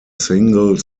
single